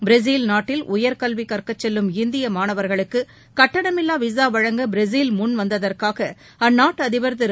Brazil நாட்டில் உயர்கல்வி கற்கச் செல்லும் இந்திய மாணவர்களுக்கு கட்டணமில்லா விசா வழங்க பிரேசில் முன் வந்ததற்காக அந்நாட்டு அதிபர் திரு